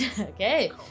Okay